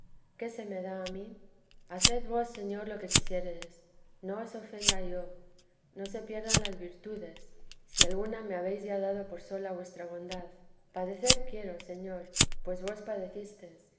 qué se me da a mí haced vos señor lo que quisiéredes no os ofenda yo no se pierdan las virtudes si alguna me habéis ya dado por sola vuestra bondad padecer quiero señor pues vos padecistes